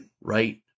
right